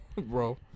Bro